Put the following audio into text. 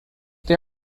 they